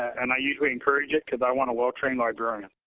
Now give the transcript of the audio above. and i usually encourage it cause i want a well-trained librarian.